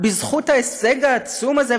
בזכות ההישג העצום הזה,